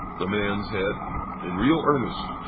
the man's head in real earnest,